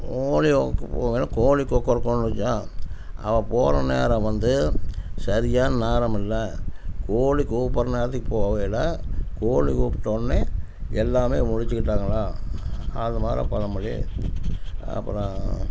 கோழி வாங்க போகையில் கோழி கொக்கரக்கோன்னுச்சாம் அவன் போன நேரம் வந்து சரியான நேரமில்லை கோழி கூப்பிட்ற நேரத்துக்கு போகல கோழி கூப்பிட்டோன்னே எல்லாமே முழித்துக்கிட்டாங்களாம் அது மாரி பழமொழி அப்புறம்